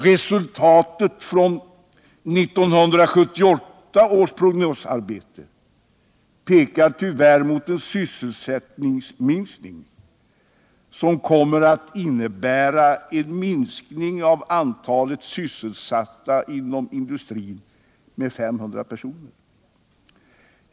Resultatet från 1978 års prognosarbete pekar tyvärr mot att antalet sysselsatta inom industrin kommer att minska med 500.